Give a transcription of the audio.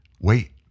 wait